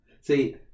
see